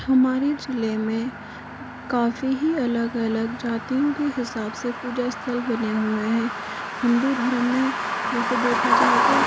हमारे ज़िले में काफ़ी ही अलग अलग जातियों के हिसाब से पूजा स्थल बने हुये हैं हिन्दू धर्म में जैसे देखा जाए तो